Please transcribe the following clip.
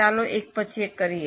ચાલો એક પછી એક કરીએ